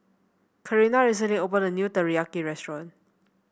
Karina recently opened a new Teriyaki restaurant